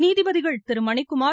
நீதிபதிகள Thiru Manikumar